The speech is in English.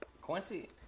Quincy